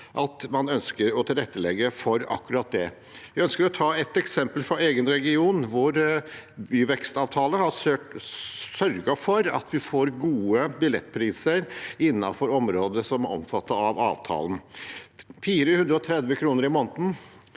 at man ønsker å tilrettelegge for akkurat det. Jeg ønsker å ta et eksempel fra egen region, hvor byvekstavtaler har sørget for at vi får gode billettpriser innenfor området som er omfattet av avtalen. For 430 kr i måneden